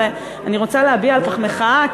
ואני רוצה להביע מחאה,